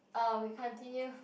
uh we continue